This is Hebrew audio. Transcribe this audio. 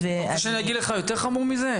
רוצה שאני אגיד לך משהו יותר חמור מזה?